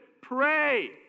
pray